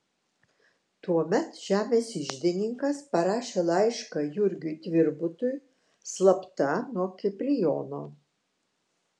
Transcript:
tuomet žemės iždininkas parašė laišką jurgiui tvirbutui slapta nuo kiprijono